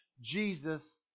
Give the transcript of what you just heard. jesus